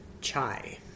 chai